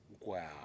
wow